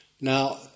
Now